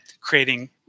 creating